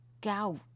gout